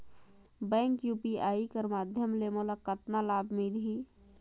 Bank UPI कर माध्यम ले मोला कतना लाभ मिली?